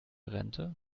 rente